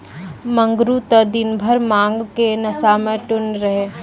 मंगरू त दिनभर भांग के नशा मॅ टुन्न रहै